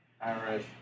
Irish